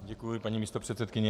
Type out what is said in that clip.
Děkuji, paní místopředsedkyně.